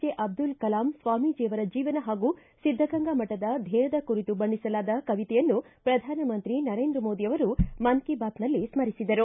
J Abdul Kalam ಸ್ವಾಮೀಜಿಯವರ ಜೀವನ ಪಾಗೂ ಸಿದ್ದಗಂಗಾ ಮಠದ ಧ್ಯೇಯದ ಕುರಿತು ಬಣ್ಣಿಸಲಾದ ಕವಿತೆಯನ್ನು ಪ್ರಧಾನಮಂತ್ರಿ ನರೇಂದ್ರ ಮೋದಿ ಅವರು ಮನ್ ಕಿ ಬಾತ್ ನಲ್ಲಿ ಸ್ಪರಿಸಿದರು